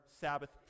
Sabbath